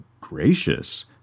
GRACIOUS